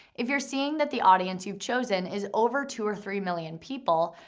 if you're seeing that the audience you've chosen is over two or three million people,